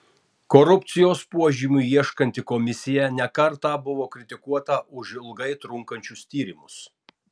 korupcijos požymių ieškanti komisija ne kartą buvo kritikuota už ilgai trunkančius tyrimus